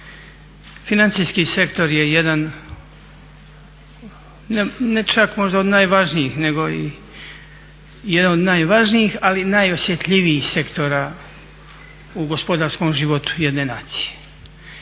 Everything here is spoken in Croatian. Financijski sektor je jedan ne čak možda od najvažnijih, nego i jedan od najvažnijih ali najosjetljivijih sektora u gospodarskom životu jedne nacije.